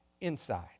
inside